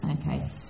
Okay